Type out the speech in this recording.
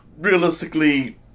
realistically